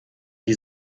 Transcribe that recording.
die